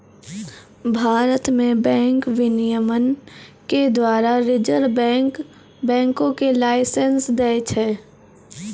भारत मे बैंक विनियमन के द्वारा रिजर्व बैंक बैंको के लाइसेंस दै छै